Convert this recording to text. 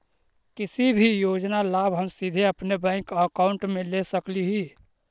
किसी भी योजना का लाभ हम सीधे अपने बैंक अकाउंट में ले सकली ही?